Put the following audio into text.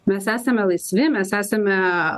mes esame laisvi mes esame